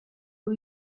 who